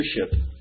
leadership